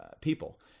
people